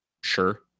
Sure